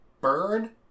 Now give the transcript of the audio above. Burn